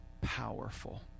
powerful